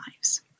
lives